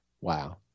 Wow